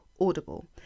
Audible